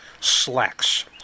slacks